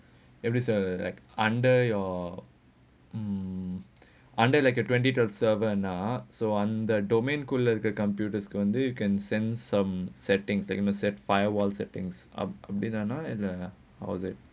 just like uh under your um under like a twenty document server and ah so on the domain cooler the computers then you can send some settings that you can set firewall settings or a banana and uh how is it